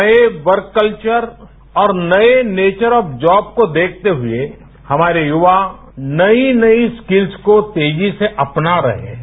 नये work culture और नये नेचर ऑफ जॉब को देखते हुए हमारे युवा नयी नयी स्किल्स को तेजी से अपना रहे हैं